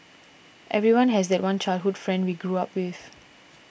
everyone has that one childhood friend we grew up with